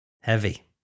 Heavy